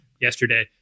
yesterday